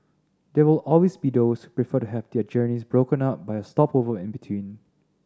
there will always be those prefer to have their journeys broken up by a stopover in between